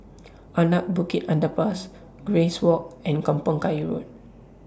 Anak Bukit Underpass Grace Walk and Kampong Kayu Road